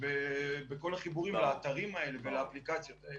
בכל החיבורים לאתרים האלה ולאפליקציות האלה.